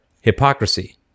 hypocrisy